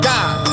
God